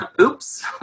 Oops